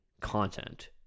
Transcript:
content